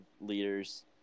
leaders